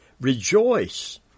Rejoice